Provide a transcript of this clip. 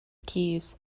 keys